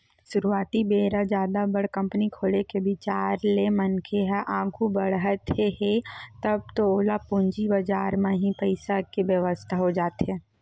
सुरुवाती बेरा जादा बड़ कंपनी खोले के बिचार ले मनखे ह आघू बड़हत हे तब तो ओला पूंजी बजार म ही पइसा के बेवस्था हो जाथे